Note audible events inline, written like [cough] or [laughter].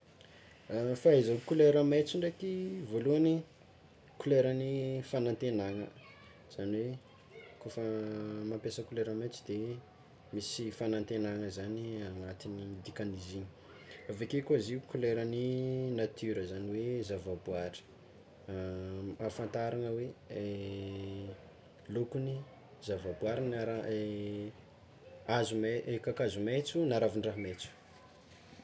Fahaizako kolera maintso ndraiky, koleran'ny fanantenana, zany hoe kôfa mampiasa kolera maintso de misy fanantegnana zany agnatin'ny dikan'izy igny, aveke koa zio koleran'ny natiora zany hoe zavaboary, ahafantarana hoe [hesitation] lokon'ny zavaboary ara hazo me- kakazo mentso na ravin-draha mentso.